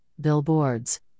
billboards